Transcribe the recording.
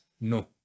No